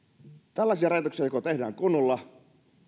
tällaisia rajoituksia joko tehdään kunnolla